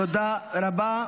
תודה רבה.